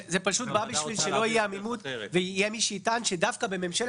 זה בא כדי שלא תהיה עמימות ויהיה מי שיטען שדווקא בממשלת